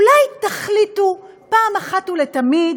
אולי תחליטו אחת ולתמיד